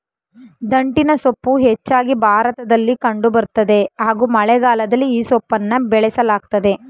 ದಂಟಿನಸೊಪ್ಪು ಹೆಚ್ಚಾಗಿ ಭಾರತದಲ್ಲಿ ಕಂಡು ಬರ್ತದೆ ಹಾಗೂ ಮಳೆಗಾಲದಲ್ಲಿ ಈ ಸೊಪ್ಪನ್ನ ಬೆಳೆಯಲಾಗ್ತದೆ